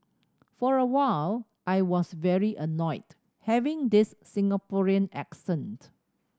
for a while I was very annoyed having this Singaporean accent